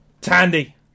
Tandy